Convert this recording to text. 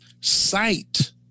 sight